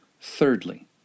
Thirdly